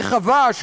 רחבה,